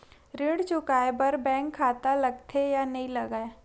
ऋण चुकाए बार बैंक खाता लगथे या नहीं लगाए?